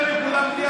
מעבר לזה,